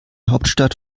hauptstadt